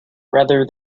rather